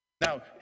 Now